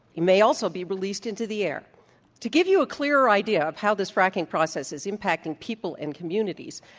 it may also be released into the air to give you a clearer idea of how this fracking process is impacting people and communities,